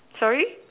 sorry